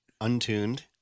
untuned